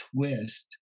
twist